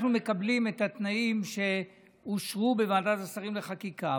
אנחנו מקבלים את התנאים שאושרו בוועדת השרים לחקיקה.